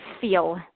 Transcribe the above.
feel